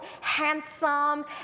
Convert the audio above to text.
handsome